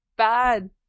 Bad